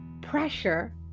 pressure